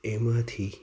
એમાંથી